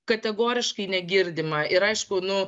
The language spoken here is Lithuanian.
kategoriškai negirdima ir aišku nu